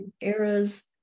eras